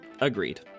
Agreed